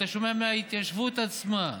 היית שומע מההתיישבות עצמה,